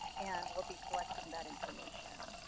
and we'll be collecting that information.